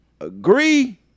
Agree